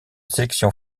sélection